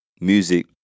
music